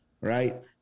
right